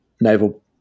naval